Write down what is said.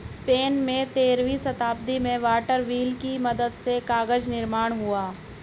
Spain में तेरहवीं शताब्दी में वाटर व्हील की मदद से कागज निर्माण हुआ